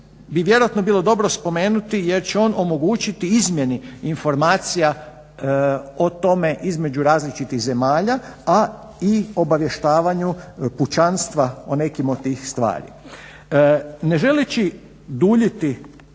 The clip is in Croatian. bi vjerojatno bilo dobro spomenuti jer će on omogućiti izmjeni informacija o tome između različitih zemalja, a i obavještavanju pučanstva o nekim od tih stvari. Ne želeći duljiti